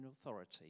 authority